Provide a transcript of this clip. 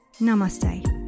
Namaste